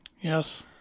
yes